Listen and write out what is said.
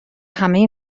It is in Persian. همه